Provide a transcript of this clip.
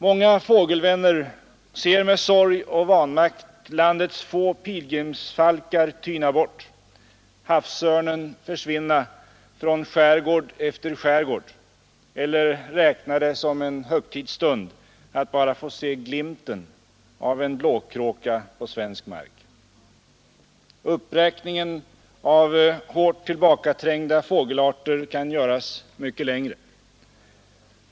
Många fågelvänner ser med sorg och vanmakt landets få pilgrimsfalkar tyna bort och havsörnen försvinna från skärgård efter skärgård eller räknar det som en högtidsstund att bara få se glimten av en blåkråka på svensk mark. Uppräkningen av hårt tillbakaträngda fågelarter kan göras mycket längre.